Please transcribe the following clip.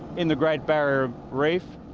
in the great barrier reef.